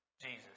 Jesus